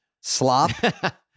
slop